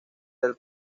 del